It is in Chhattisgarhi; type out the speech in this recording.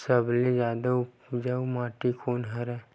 सबले जादा उपजाऊ माटी कोन हरे?